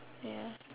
ya